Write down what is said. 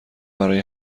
برای